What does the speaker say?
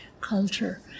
culture